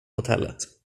hotellet